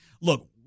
look